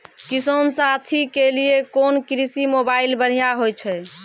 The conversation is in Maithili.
किसान साथी के लिए कोन कृषि मोबाइल बढ़िया होय छै?